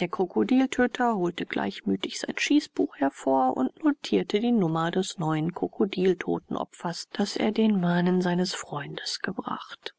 der krokodiltöter holte gleichmütig sein schießbuch hervor und notierte die nummer des neuen krokodiltotenopfers das er den manen seines freundes gebracht